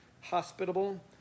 hospitable